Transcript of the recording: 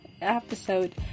episode